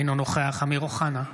אינו נוכח אמיר אוחנה,